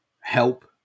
help